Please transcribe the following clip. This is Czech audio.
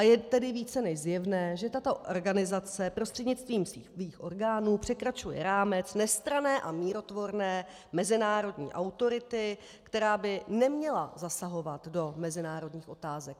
Je tedy více než zjevné, že tato organizace prostřednictvím svých orgánů překračuje rámec nestranné a mírotvorné mezinárodní autority, která by neměla zasahovat do mezinárodních otázek.